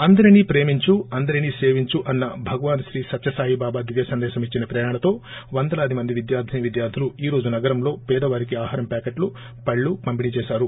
అందరినీ ప్రేమించు అందరినీ సేవించు అన్న భగవాన్ శ్రీ సత్య సాయి బాబా దివ్య సందేశం ఇచ్చిన ప్రేరణతో వందలాది విద్యార్లినీ విద్యార్లులు ఈ రోజు నగరం లో పేదవారికి ఆహరం ప్యాకట్లు పళ్ళు పంపిణీ చేసారు